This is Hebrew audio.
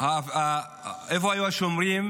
איפה היו השומרים